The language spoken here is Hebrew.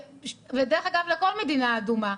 ודרך אגב לכל מדינה אדומה,